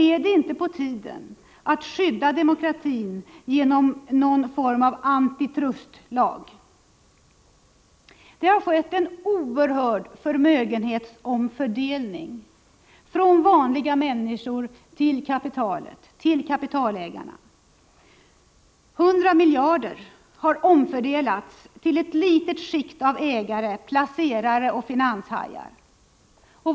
Är det inte på tiden att skydda demokratin genom någon form av antitrustlag? Det har skett en oerhörd förmögenhetsomfördelning från vanliga människor till kapitalägarna. 100 miljarder har omfördelats till ett litet skikt av ägare, placerare och finanshajar.